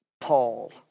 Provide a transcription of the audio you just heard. Paul